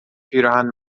پیراهن